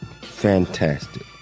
fantastic